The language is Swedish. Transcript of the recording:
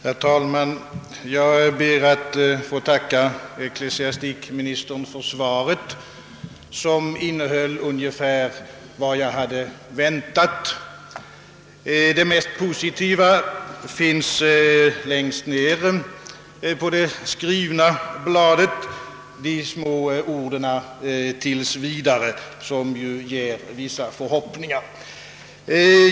Herr talman! Jag ber att få tacka ecklesiastikministern för svaret, som innehöll ungefär vad jag hade väntat. Det mest positiva finns alldeles i slutet av svaret. Jag syftar på orden »tills vidare», som ju inger vissa förhoppningar.